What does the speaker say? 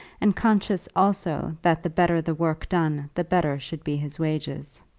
and conscious also that the better the work done the better should be his wages.